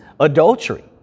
Adultery